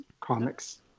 comics